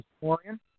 historian